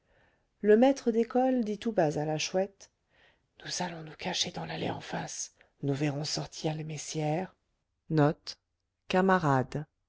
le maître d'école dit tout bas à la chouette nous allons nous cacher dans l'allée en face nous verrons sortir les messières